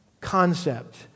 concept